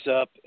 up